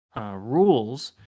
rules